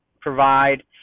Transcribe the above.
provide